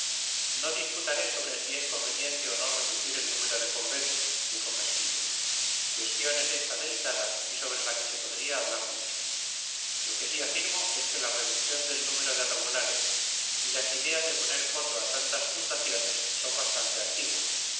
no disputaré sobre si es conveniente o no reducir el número de conventos dijo castillo cuestión es esta delicada y sobre la que se podría hablar mucho lo que sí afirmo es que la reducción del número de regulares y las ideas de poner coto a tantas fundaciones son bastantes antiguas